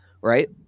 Right